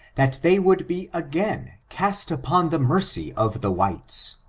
that they would be again cast upon the mercy of the whites,